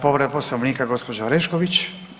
Povreda Poslovnika gospođa Orešković.